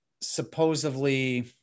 supposedly